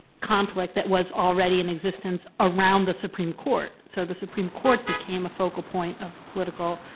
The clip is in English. conflict that was already in existence around the supreme court. so the supreme court became a focal point of the political